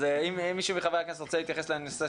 אז אם מישהו מחברי הכנסת רוצה להתייחס לנושא